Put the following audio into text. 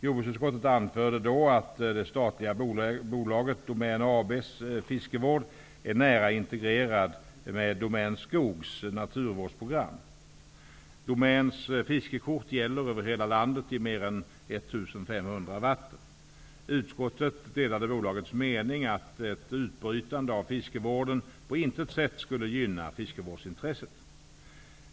Jordbruksutskottet anförde då att det statliga bolaget Domän AB:s fiskevård är nära integrerad med Domän Skogs naturvårdsprogram. 1 500 vatten. Utskottet delade bolagets mening att ett utbrytande av fiskevården på intet sätt skulle gynna fiskevårdsintresset.